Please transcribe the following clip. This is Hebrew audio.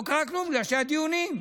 לא קרה כלום בגלל שהיו דיונים,